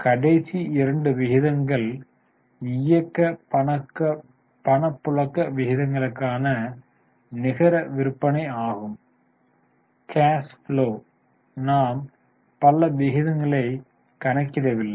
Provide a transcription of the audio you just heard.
கடைசி இரண்டு விகிதங்கள் இயக்க பணப்புழக்க விகிதங்களுக்கான நிகர விற்பனை ஆகும் கேஷ் ப்லொவ் வில் நாம் பல விகிதங்களை கணக்கிடவில்லை